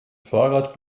fahrrad